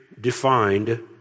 defined